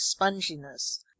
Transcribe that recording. sponginess